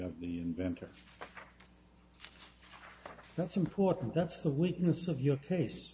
of the inventor if that's important that's the weakness of your case